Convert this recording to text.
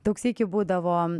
daug sykių būdavo